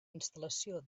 instal·lació